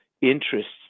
interests